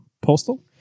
Postal